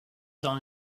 dans